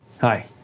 Hi